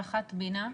ראש חטיבת בינה,